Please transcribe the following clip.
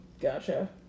gotcha